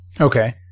okay